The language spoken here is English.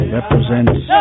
represents